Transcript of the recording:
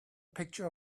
picture